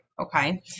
okay